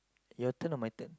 your turn or my turn